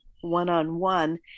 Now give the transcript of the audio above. one-on-one